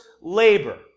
labor